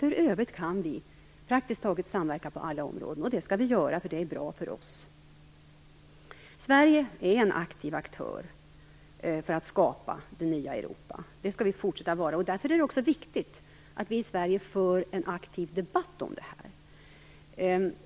I övrigt kan vi samverka på praktiskt taget alla områden. Det skall vi också göra, för det är bra för oss. Sverige är en aktiv part i skapandet av det nya Europa. Det skall vi fortsätta att vara. Därför är det också viktigt att vi i Sverige för en aktiv debatt om det här.